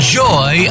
joy